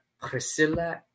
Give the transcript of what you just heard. Priscilla